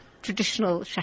Traditional